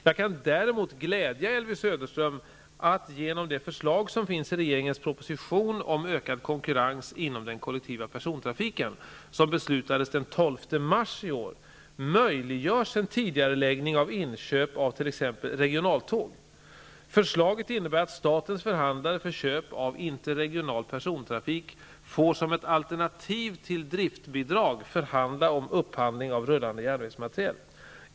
Jag kan däremot glädja Elvy Söderström med att säga att genom det förslag som finns i regeringens proposition om ökad konkurrens inom den kollektiva persontrafiken och som beslutades den 12 mars i år möjliggörs en tidigareläggning av inköp av t.ex. regionaltåg. Förslaget innebär att statens förhandlare för köp av interregional persontrafik får som ett alternativ till driftsbidrag förhandla om upphandling av rullande järnvägsmateriel.